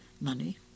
money